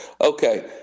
Okay